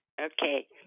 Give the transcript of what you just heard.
Okay